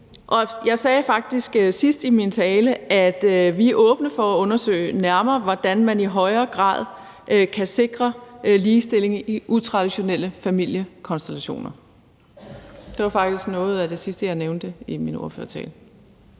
Jeg sagde faktisk sidst i min tale, at vi er åbne for at undersøge nærmere, hvordan man i højere grad kan sikre ligestilling i utraditionelle familiekonstellationer. Det var faktisk noget af det sidste, jeg nævnte i min ordførertale.